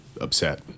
upset